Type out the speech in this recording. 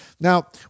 Now